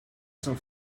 some